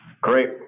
Great